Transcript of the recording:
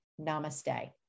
Namaste